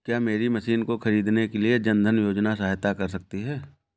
क्या मेरी मशीन को ख़रीदने के लिए जन धन योजना सहायता कर सकती है?